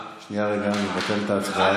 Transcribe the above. שנייה, רגע, אני מבטל את ההצבעה.